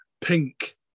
pink